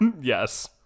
Yes